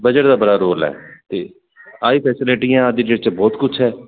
budget ਦਾ ਬੜਾ role ਹੈ ਆਹੀ ਫੈਸਲਿਟੀਆਂ ਅੱਜ ਜਿਸ ਚ ਬਹੁਤ ਕੁਝ ਹੈ